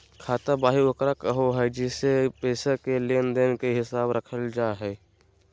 खाता बही ओकरा कहो हइ जेसे पैसा के लेन देन के हिसाब रखल जा हइ